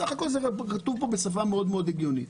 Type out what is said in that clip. בסך הכול כתוב כאן בשפה מאוד מאוד הגיונית.